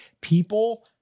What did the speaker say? people